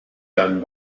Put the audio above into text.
done